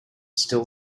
still